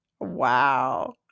Wow